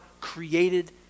created